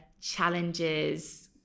challenges